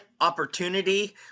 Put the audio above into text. opportunity